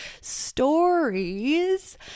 stories